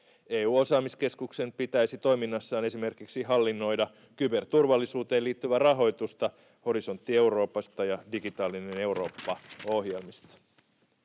EU-osaamiskeskuksen pitäisi toiminnassaan esimerkiksi hallinnoida kyberturvallisuuteen liittyvää rahoitusta Horisontti Eurooppa- ja Digitaalinen Eurooppa ‑ohjelmista.